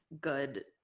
good